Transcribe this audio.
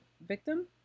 victim